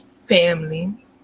family